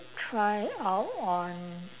try out on